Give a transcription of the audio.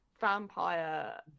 vampire